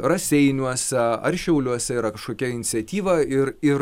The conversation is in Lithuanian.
raseiniuose ar šiauliuose yra kažkokia iniciatyva ir ir